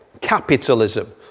Capitalism